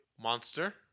Monster